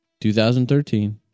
2013